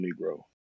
Negro